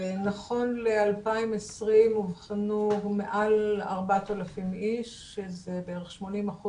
נכון ל-2020 אובחנו מעל 4,000 איש שזה בערך 80%